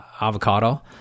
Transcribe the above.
avocado